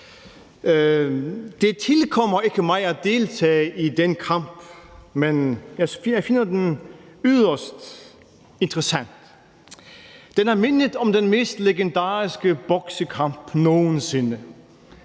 Det tilkommer ikke mig at deltage i den kamp, men jeg finder den yderst interessant. Den minder om den mest legendariske boksekamp nogen sinde,